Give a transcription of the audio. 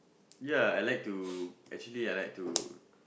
ya I like to actually I like to